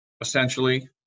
essentially